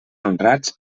honrat